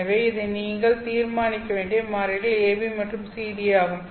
எனவே இவை நீங்கள் தீர்மானிக்க வேண்டிய மாறிலிகள் AB மற்றும் CD ஆகும்